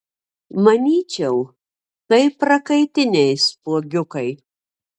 manyčiau tai prakaitiniai spuogiukai